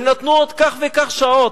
הם נתנו עוד כך וכך שעות.